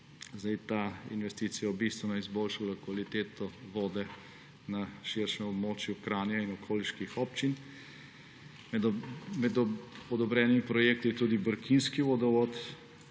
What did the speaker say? vodov. Ta investicija bo bistveno izboljšalo kvaliteto vode na širšem območju Kranja in okoliških občin. Med odobrenim projektom je tudi brkinski vodovod,